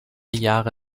jahre